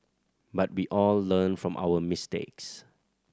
but we all learn from our mistakes